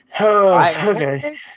Okay